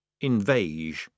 Invage